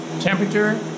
temperature